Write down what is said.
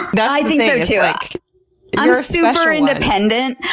but i think so, too. i'm super independent,